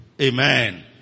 Amen